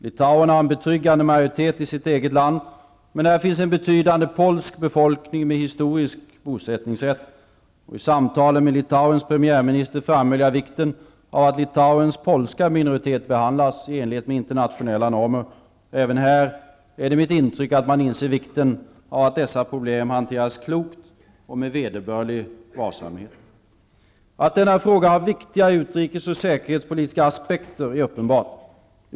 Litauerna har en betryggande majoritet i sitt eget land, men här finns en betydande polsk befolkning med historisk bosättningsrätt. I samtalen med Litauens premiärminister framhöll jag vikten av att Litauens polska minoritet behandlas i enlighet med internationella normer. Även här är mitt intryck att man inser vikten av att dessa problem hanteras klokt och med vederbörlig varsamhet. Att denna fråga har viktiga utrikes och säkerhetspolitiska aspekter är uppenbart.